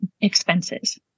expenses